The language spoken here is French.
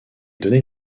données